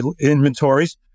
inventories